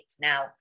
Now